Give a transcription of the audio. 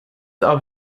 auf